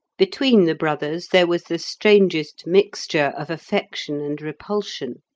between the brothers there was the strangest mixture of affection and repulsion.